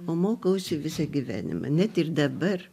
o mokausi visą gyvenimą net ir dabar